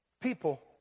people